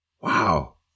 Wow